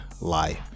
life